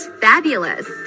fabulous